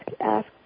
ask